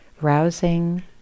rousing